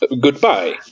Goodbye